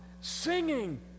Singing